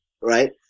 right